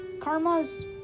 Karma's